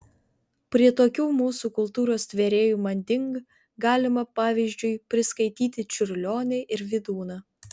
prie tokių mūsų kultūros tvėrėjų manding galima pavyzdžiui priskaityti čiurlionį ir vydūną